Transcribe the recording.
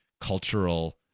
cultural